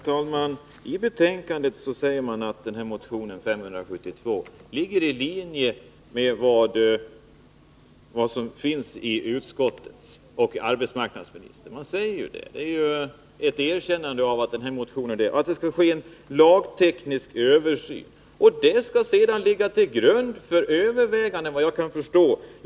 Herr talman! I betänkandet sägs att önskemålen i motion 572 ligger i linje med utskottets och arbetsmarknadsministerns mening, att det skall ske en lagteknisk översyn. Den skall sedan, sägs det längt ned på s. 6, ligga till grund för överväganden i någon form.